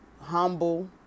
humble